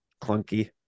clunky